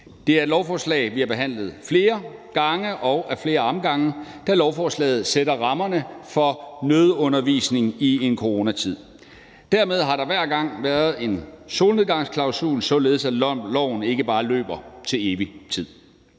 Det er et lovforslag, vi har behandlet flere gange og ad flere omgange, da lovforslaget sætter rammerne for nødundervisning i en coronatid. Dermed har der hver gang været en solnedgangsklausul, således at loven ikke bare løber til evig tid.